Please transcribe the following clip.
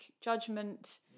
judgment